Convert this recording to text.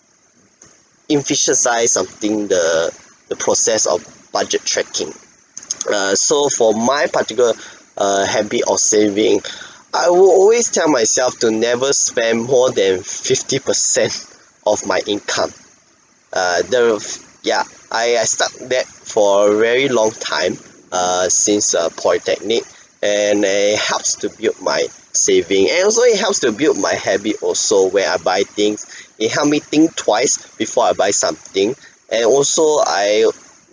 emphasize something the the process of budget tracking err so for my particular uh habit of saving I will always tell myself to never spend more than fifty per cent of my income err that will ya I I stuck that for a very long time since uh polytechnic and it helps to build my saving it helps to build my habit also when I buy things it help me think twice before I buy something and also I